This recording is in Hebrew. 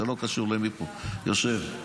זה לא קשור למי שיושב פה,